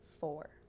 four